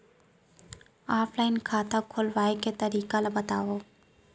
Offline खाता खोलवाय के तरीका ल बतावव?